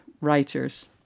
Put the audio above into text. writers